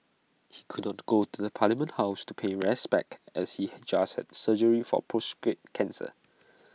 he could not go to the parliament house to pay respects as he just had surgery for prostate cancer